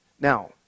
Now